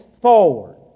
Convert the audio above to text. forward